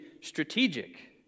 strategic